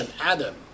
Adam